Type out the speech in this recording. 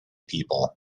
people